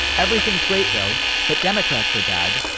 everything's great, though. but democrats are bad.